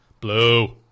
Blue